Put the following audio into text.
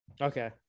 okay